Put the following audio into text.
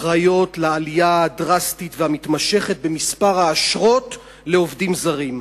אחראיות לעלייה הדרסטית והמתמשכת במספר האשרות לעובדים זרים.